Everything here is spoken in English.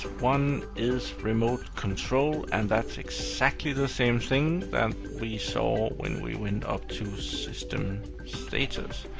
one is remote control, and that's exactly the same thing that we saw when we went up to system status,